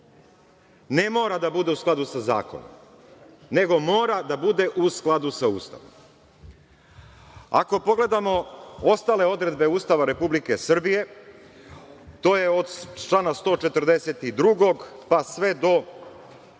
Ne mora da bude u skladu sa zakonom, nego mora da bude u skladu sa Ustavom. Ako pogledamo ostale odredbe Ustava Republike Srbije, to je od člana 142. pa sve do 152.